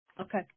Okay